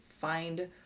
find